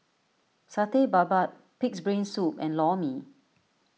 Satay Babat Pig's Brain Soup and Lor Mee